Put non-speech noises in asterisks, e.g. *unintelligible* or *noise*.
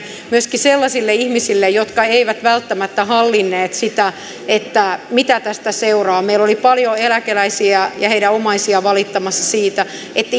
myöskin sellaisille ihmisille jotka eivät välttämättä hallinneet sitä mitä tästä seuraa meillä oli paljon eläkeläisiä ja heidän omaisiaan valittamassa siitä että *unintelligible*